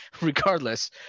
Regardless